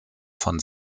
von